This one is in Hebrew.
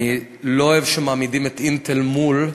אני לא אוהב שמעמידים את "אינטל" מול,